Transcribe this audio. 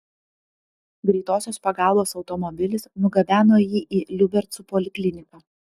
greitosios pagalbos automobilis nugabeno jį į liubercų polikliniką